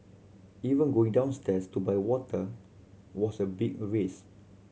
even going downstairs to buy water was a big risk